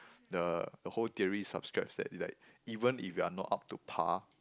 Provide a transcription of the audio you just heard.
the the whole theory subscribes that like even if you're not up to par